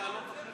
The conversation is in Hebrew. ההסתייגות?